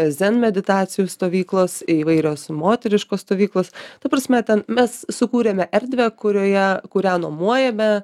zen meditacijų stovyklos įvairios moteriškos stovyklos ta prasme ten mes sukūrėme erdvę kurioje kurią nuomojame